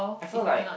I feel like